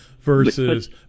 versus